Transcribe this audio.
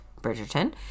Bridgerton